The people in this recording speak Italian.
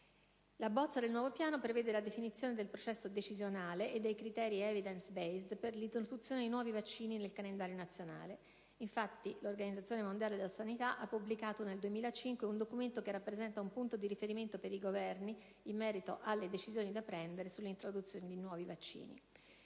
La bozza del nuovo Piano prevede la definizione del processo decisionale e dei criteri *evidence* *based* per l'introduzione di nuovi vaccini nel calendario nazionale. Infatti, l'Organizzazione mondiale della sanità (OMS) ha pubblicato nel 2005 un documento che rappresenta un punto di riferimento per i Governi in merito alle decisioni da prendere sull'introduzione di nuovi vaccini.